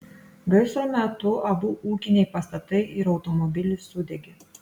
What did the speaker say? gaisro metu abu ūkiniai pastatai ir automobilis sudegė